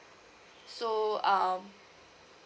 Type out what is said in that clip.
so um